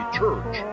church